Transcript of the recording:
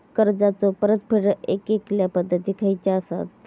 कर्जाचो परतफेड येगयेगल्या पद्धती खयच्या असात?